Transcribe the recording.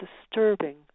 disturbing